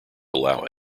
allow